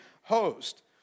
host